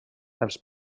els